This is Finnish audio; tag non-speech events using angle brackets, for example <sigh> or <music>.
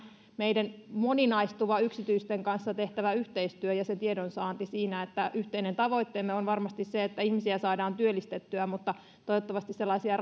meidän moninaistuva yksityisten kanssa tehtävä yhteistyö ja se tiedonsaanti siinä yhteinen tavoitteemme on varmasti se että ihmisiä saadaan työllistettyä ja toivottavasti sellaisia <unintelligible>